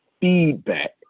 feedback